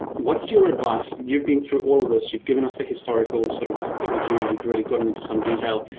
what's your advice? you've been through all of this. you've given us the historical sort of overview, you've really gotten into some detail.